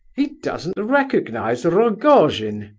he doesn't recognize rogojin!